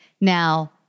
Now